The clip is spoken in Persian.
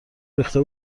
ریخته